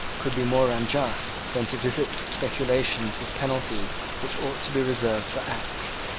could be more unjust, than to visit speculations with penalties which ought to be reserved for acts?